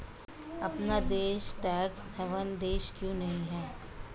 अपना देश tax haven देश क्यों नहीं है?